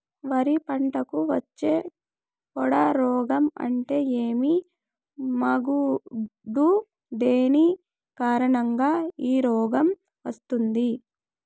వరి పంటకు వచ్చే పొడ రోగం అంటే ఏమి? మాగుడు దేని కారణంగా ఈ రోగం వస్తుంది?